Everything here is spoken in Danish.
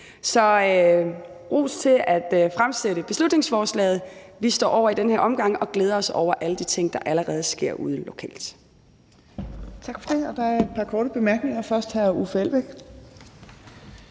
Så ros til at fremsætte beslutningsforslaget. Vi står over i den her omgang og glæder os over alle de ting, der allerede sker ude lokalt.